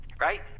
right